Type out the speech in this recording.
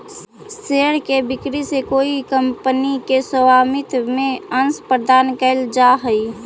share के बिक्री से कोई कंपनी के स्वामित्व में अंश प्रदान कैल जा हइ